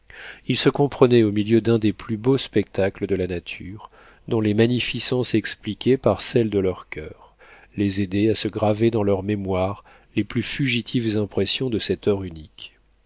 ils se comprenaient au milieu d'un des plus beaux spectacles de la nature dont les magnificences expliquées par celles de leurs coeurs les aidaient à se graver dans leurs mémoires les plus fugitives impressions de cette heure unique